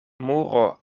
muro